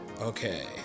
okay